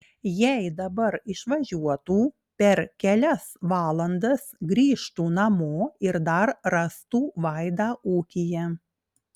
jei dabar išvažiuotų per kelias valandas grįžtų namo ir dar rastų vaidą ūkyje